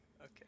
Okay